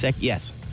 Yes